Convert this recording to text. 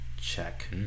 Check